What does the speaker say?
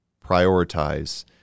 prioritize